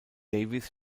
davis